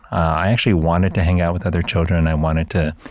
i actually wanted to hang out with other children. i wanted to,